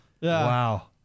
Wow